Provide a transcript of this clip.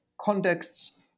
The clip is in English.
contexts